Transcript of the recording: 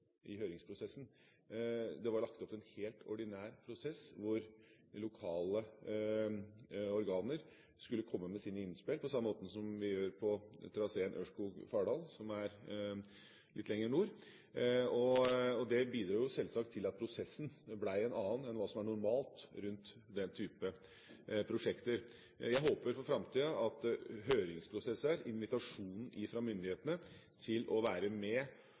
høringsprosessen. Det var lagt opp til en helt ordinær prosess, hvor lokale organer skulle komme med sine innspill, på samme måte som vi gjør på traseen Ørskog–Fardal, som er litt lenger nord, og det bidro selvsagt til at prosessen ble en annen enn det som er normalt rundt den type prosjekter. Jeg håper for framtida i høringsprosesser at invitasjonen fra myndighetene til å være med